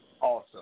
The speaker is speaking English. awesome